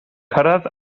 cyrraedd